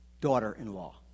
daughter-in-law